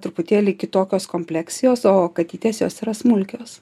truputėlį kitokios kompleksijos o katytė jos yra smulkios